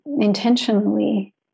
intentionally